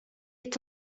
est